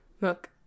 Look